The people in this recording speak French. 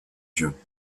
vieux